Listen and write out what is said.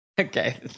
Okay